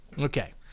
Okay